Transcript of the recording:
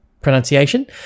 pronunciation